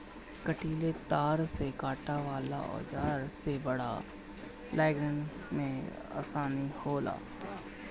कंटीला तार काटे वाला औज़ार से बाड़ लगईले में आसानी होला